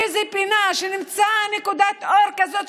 באיזו פינה נמצא נקודת אור כזאת,